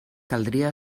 caldria